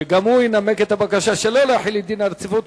וגם הוא ינמק את הבקשה שלו להחיל את דין הרציפות,